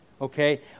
okay